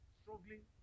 struggling